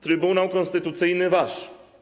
Trybunał Konstytucyjny - wasz.